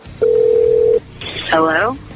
Hello